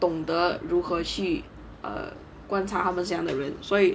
懂得如何去 err 观察他们怎样的人所以